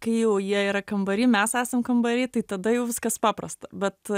kai jau jie yra kambary mes esam kambary tai tada jau viskas paprasta bet